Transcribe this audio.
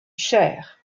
cher